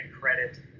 credit